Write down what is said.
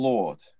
Lord